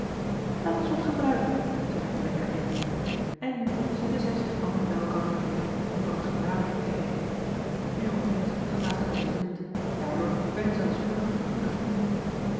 laat ons wat gebruiken zei de moeder der winden en nu zetten zij zich allen bij elkander neer om van het gebraden hert te eten de jonge prins zat naast den oostenwind daardoor werden zij al spoedig goede vrienden